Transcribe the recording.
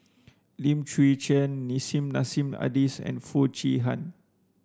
Lim Chwee Chian Nissim Nassim Adis and Foo Chee Han